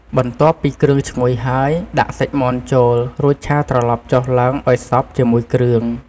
បន្ទាប់ពីគ្រឿងឈ្ងុយហើយ ដាក់សាច់មាន់ចូល រួចឆាត្រឡប់ចុះឡើងឱ្យសព្វជាមួយគ្រឿង។